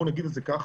בוא נגיד את זה ככה,